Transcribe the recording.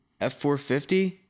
F450